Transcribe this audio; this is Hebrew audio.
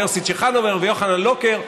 יוסי צ'חנובר ויוחנן לוקר,